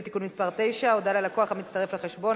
(תיקון מס' 9) (הודעה ללקוח המצטרף לחשבון),